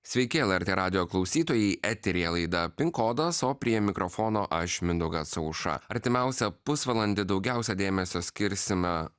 sveiki lrt radijo klausytojai eteryje laida pin kodas o prie mikrofono aš mindaugas aušra artimiausią pusvalandį daugiausia dėmesio skirsime